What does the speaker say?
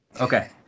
Okay